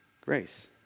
Grace